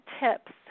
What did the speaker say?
tips